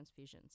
transfusions